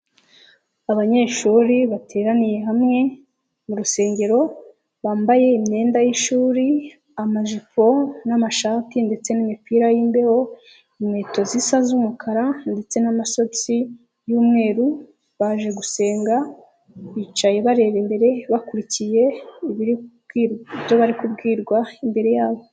Abanyeshuri bateraniye hamwe mu rusengero bambaye imyenda y'ishuri, amajipo n'amashati ndetse n'imipira y'imbeho, inkweto zisa z'umukara ndetse n'amasogisi y'umweru baje gusenga bicaye bareba imbere bakurikiye ibyo bari kubwirwa imbere yabo.